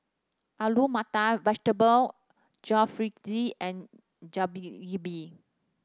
Alu Matar Vegetable Jalfrezi and